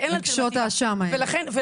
רגשות האשם האלה.